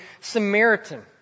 Samaritan